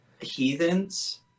Heathens